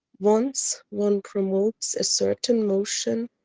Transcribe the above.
once one promotes a certain motion,